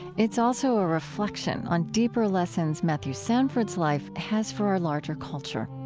it's also a reflection on deeper lessons matthew sanford's life has for our larger culture.